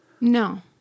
No